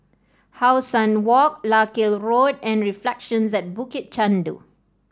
How Sun Walk Larkhill Road and Reflections at Bukit Chandu